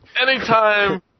anytime